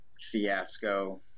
fiasco